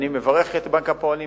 אני מברך את בנק הפועלים,